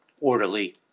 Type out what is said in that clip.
orderly